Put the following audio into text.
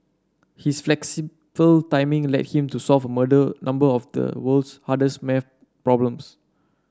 his flexible timing led him to solve murder number of the world's hardest maths problems